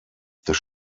das